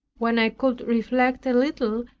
when i could reflect a little,